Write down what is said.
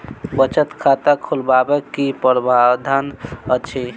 बचत खाता खोलेबाक की प्रावधान अछि?